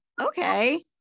Okay